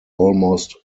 almost